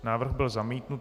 Návrh byl zamítnut.